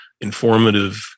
informative